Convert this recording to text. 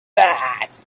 that